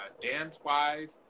dance-wise